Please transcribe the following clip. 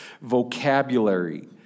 vocabulary